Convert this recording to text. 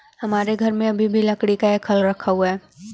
हमारे घर में अभी भी लकड़ी का एक हल रखा हुआ है